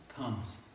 comes